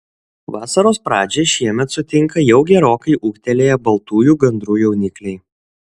vasaros pradžią šiemet sutinka jau gerokai ūgtelėję baltųjų gandrų jaunikliai